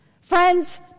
Friends